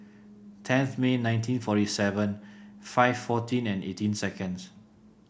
tenth May nineteen forty seven five fourteen and eighteen seconds